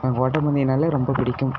எனக்கு ஓட்டப் பந்தயன்னாலே ரொம்பப் பிடிக்கும்